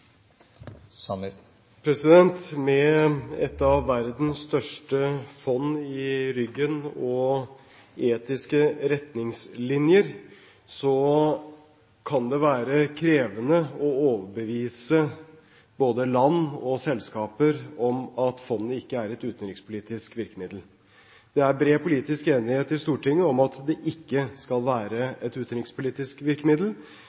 Med et av verdens største fond i ryggen og etiske retningslinjer, kan det være krevende å overbevise både land og selskaper om at fondet ikke er et utenrikspolitisk virkemiddel. Det er bred politisk enighet i Stortinget om at det ikke skal være et utenrikspolitisk virkemiddel,